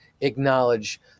acknowledge